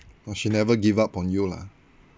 but she never give up on you lah